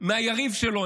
מהיריב שלו,